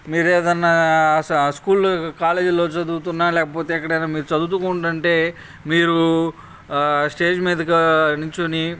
మీరు ఏదైనా ఆ స్కూల్లో కాలేజీలో చదువుతున్నా లేకపోతే ఎక్కడైనా మీరు చదువుకుంటుంటే మీరు స్టేజ్ మీద నిల్చోని